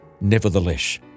nevertheless